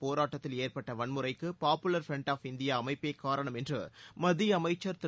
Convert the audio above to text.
போராட்டத்தில் ஏற்பட்ட வன்முறைக்கு பாப்புலர் ஃபிரண்ட் ஆப் இந்தியா அமைப்பே காரணம் என்று மத்திய அமைச்சர் திரு